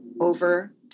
over